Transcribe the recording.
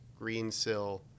Greensill